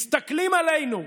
מסתכלים עלינו,